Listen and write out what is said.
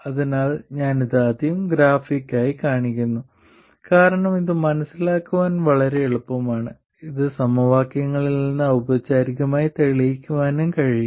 അതിനാൽ ഞാൻ ഇത് ആദ്യം ഗ്രാഫിക്കായി കാണിക്കുന്നു കാരണം ഇത് മനസ്സിലാക്കാൻ വളരെ എളുപ്പമാണ് ഇത് സമവാക്യങ്ങളിൽ നിന്ന് ഔപചാരികമായി തെളിയിക്കാനും കഴിയും